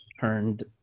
turned